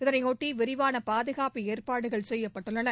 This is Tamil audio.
இதனையொட்டி விரிவான பாதுகாப்பு ஏற்பாடுகள் செய்யப்பட்டுள்ளன